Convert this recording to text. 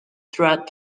throughout